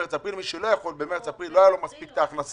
ומי שלא יכול במרץ ואפריל כי לא היו לו מספיק הכנסות,